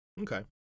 Okay